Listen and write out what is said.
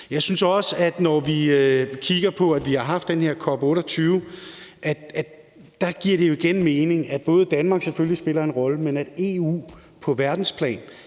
Jeg synes også, at det, når vi kigger på, at vi har haft den her COP 28, jo igen giver mening, at ikke bare Danmark selvfølgelig spiller en rolle, men at EU på verdensplan